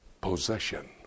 possession